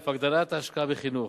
הגדלת ההשקעה בחינוך,